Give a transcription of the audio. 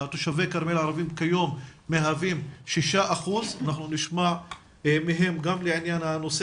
תושבי כרמיאל הערבים כיום מהווים 6%. אנחנו נשמע מהם גם לעניין הנושא